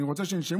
אני רוצה שינשמו,